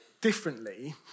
differently